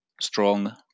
strong